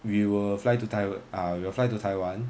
we will fly to tai~ ah we will fly to taiwan